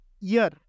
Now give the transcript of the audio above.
year